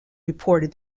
reported